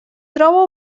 troba